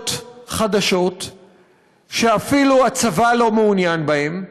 צוללות חדשות שאפילו הצבא לא מעוניין בהן,